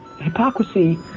hypocrisy